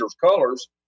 colors